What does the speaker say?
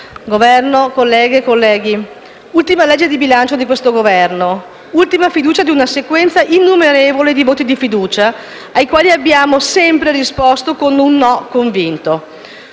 Governo, colleghe e colleghi, questa è l'ultima legge di bilancio di questo Governo e l'ultima fiducia di una sequenza innumerevole di voti di fiducia ai quali abbiamo sempre risposto con un no convinto.